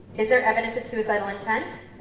is there evidence of suicidal intent?